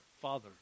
Father